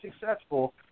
successful